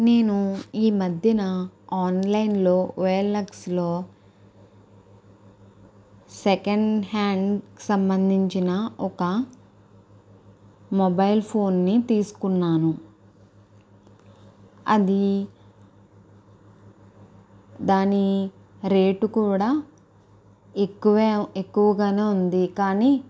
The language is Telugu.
నేను ఈ మధ్యన ఆన్లైన్లో ఓఎల్ఎక్స్లో సెకండ్ హ్యాండ్ సంబంధించిన ఒక మొబైల్ ఫోన్ని తీసుకున్నాను అది దాని రేటు కూడా ఎక్కువే ఎక్కువగానే ఉంది కానీ